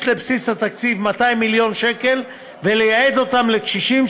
לבסיס התקציב 200 מיליון שקל ולייעד אותם לקשישים.